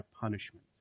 punishment